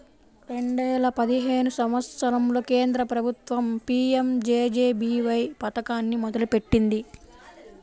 రెండేల పదిహేను సంవత్సరంలో కేంద్ర ప్రభుత్వం పీ.యం.జే.జే.బీ.వై పథకాన్ని మొదలుపెట్టింది